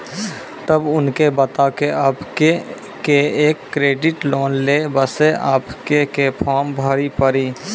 तब उनके बता के आपके के एक क्रेडिट लोन ले बसे आपके के फॉर्म भरी पड़ी?